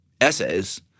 essays